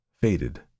faded